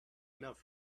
enough